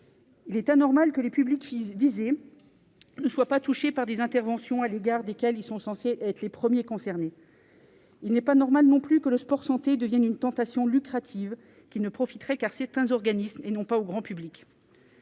Il est anormal que les publics visés ne soient pas touchés par des interventions quand ils sont censés être les premiers concernés. Il est également anormal que le sport-santé devienne une tentation lucrative ne profitant qu'à certains organismes, et non pas au grand public.